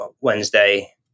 Wednesday